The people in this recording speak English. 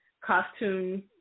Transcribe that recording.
costume